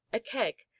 a keg,